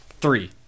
Three